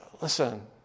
Listen